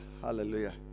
Hallelujah